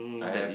I have